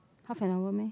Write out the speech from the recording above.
half an hour meh